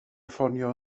ffonio